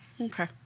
Okay